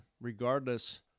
regardless